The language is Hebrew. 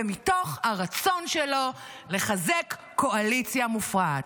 ומתוך הרצון שלו לחזק קואליציה מופרעת.